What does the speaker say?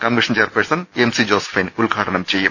commission chairperson M C Josephine ഉദ്ഘാടനം ചെയ്യും